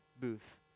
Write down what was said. booth